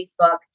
Facebook